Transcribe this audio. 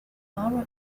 laura